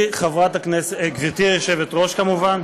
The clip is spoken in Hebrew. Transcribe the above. גברתי היושבת-ראש, כמובן,